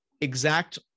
exact